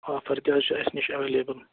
offer تہِ حظ چھُ اَسہِ نِش اٮ۪ولیبٕل